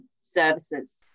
services